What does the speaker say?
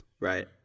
right